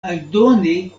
aldoni